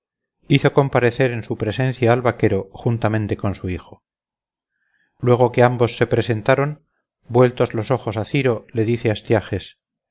hizo comparecer en su presencia al vaquero juntamente con su hijo luego que ambos se presentaron vueltos los ojos a ciro le dice